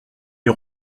des